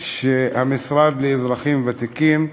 שהמשרד לאזרחים ותיקים,